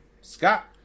Scott